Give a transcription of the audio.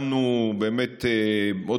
עוד